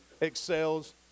excels